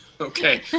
Okay